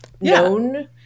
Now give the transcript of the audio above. known